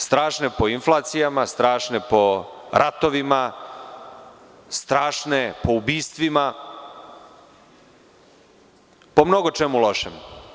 Strašne po inflacijama, strašne po ratovima, strašne po ubistvima, po mnogo čemu lošem.